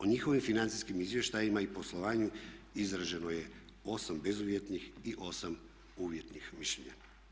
O njihovim financijskim izvještajima i poslovanju izraženo je 8 bezuvjetnih i 8 uvjetnih mišljenja.